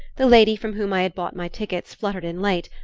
the lady from whom i had bought my tickets fluttered in late,